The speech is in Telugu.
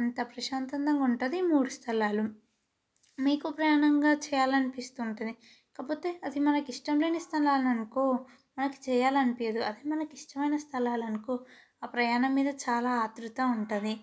అంత ప్రశాంతంగా ఉంటుంది మూడు స్థలాలు మీకు ప్రయాణంగా చేయాలని అనిపిస్తుంటుంది కాకపోతే అది మనకు ఇష్టం లేని స్థలాలు అనుకో మనకు చేయాలి అనిపించదు అదే మనకి ఇష్టమైన స్థలాలు అనుకో ఆ ప్రయాణం మీద చాలా ఆత్రుత ఉంటుంది